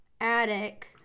attic